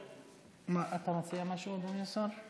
אתה מציע משהו, אדוני השר?